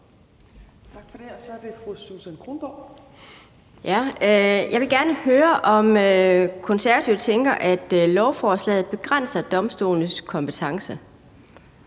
Jeg vil gerne høre, om Konservative tænker, at lovforslaget begrænser domstolenes kompetence.